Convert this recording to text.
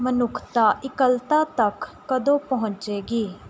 ਮਨੁੱਖਤਾ ਇਕੱਲਤਾ ਤੱਕ ਕਦੋਂ ਪਹੁੰਚੇਗੀ